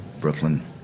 Brooklyn